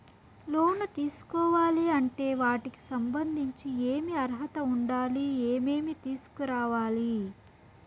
లోను తీసుకోవాలి అంటే వాటికి సంబంధించి ఏమి అర్హత ఉండాలి, ఏమేమి తీసుకురావాలి